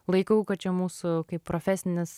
laikau kad čia mūsų kaip profesinis